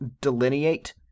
delineate